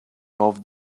off